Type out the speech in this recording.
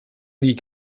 nie